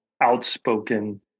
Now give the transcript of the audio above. outspoken